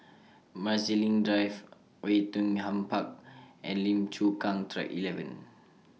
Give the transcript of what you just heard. Marsiling Drive Oei Tiong Ham Park and Lim Chu Kang Track eleven